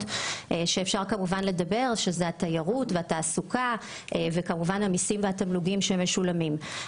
שהן התיירות והתעסוקה וכן המיסים והתמלוגים שמשולמים.